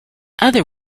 other